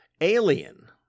Alien